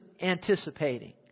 anticipating